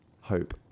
Hope